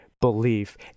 belief